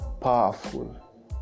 powerful